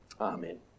Amen